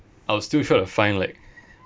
I would still try to find like